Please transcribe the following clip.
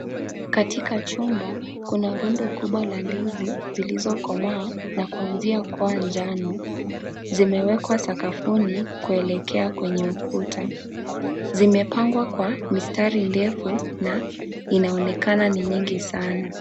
Katika chumba, kuna rindo kubwa la ndizi zilizokomaa na kuanzia kuwa njano, zimewekwa sakafuni kuelekea kwenye ukuta. Zimepangwa kwa mistari ndefu na inaonekana ni nyingi sana.